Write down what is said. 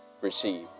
receive